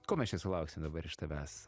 ko mes čia sulauksim dabar iš tavęs